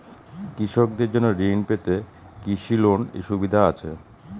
কৃষকদের জন্য ঋণ পেতে কি বিশেষ কোনো সুবিধা আছে?